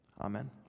Amen